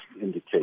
indicate